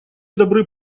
добры